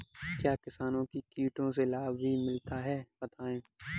क्या किसानों को कीटों से लाभ भी मिलता है बताएँ?